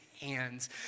hands